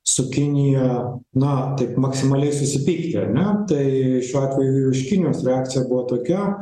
su kinija na taip maksimaliai susipykti ar ne tai šiuo atveju iš kinijos reakcija buvo tokia